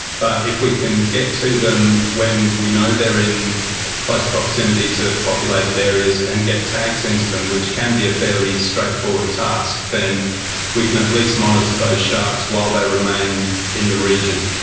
but if we can get to them when we know they're in close proximity to populated areas and get tags into them, which can be a fairly straightforward task, then we can at least monitor those sharks while they remain in the region.